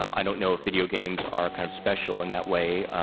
um i don't know if video games are kind of special in that way.